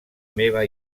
meva